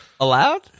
Allowed